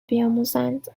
بیاموزند